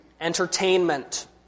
entertainment